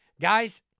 Guys